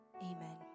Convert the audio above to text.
Amen